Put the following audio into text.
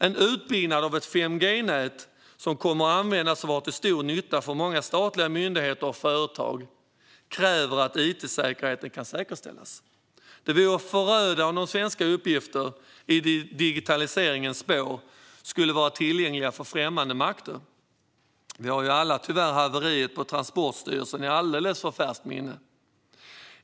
En utbyggnad av ett 5G-nät, som kommer att användas av och vara till stor nytta för många statliga myndigheter och företag, kräver att it-säkerheten kan säkerställas. Det vore förödande om svenska uppgifter i digitaliseringens spår skulle bli tillgängliga för främmande makter. Vi har alla tyvärr haveriet på Transportstyrelsen i alldeles för färskt minne.